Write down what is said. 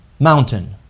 Mountain